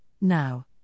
now